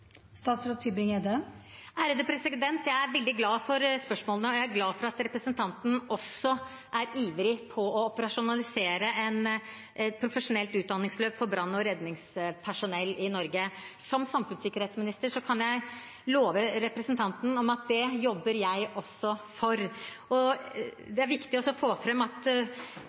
Jeg er veldig glad for spørsmålene, og jeg er glad for at representanten også er ivrig etter å operasjonalisere et profesjonelt utdanningsløp for brann- og redningspersonell i Norge. Som samfunnssikkerhetsminister kan jeg love representanten at det jobber jeg også for. Det er viktig å få fram at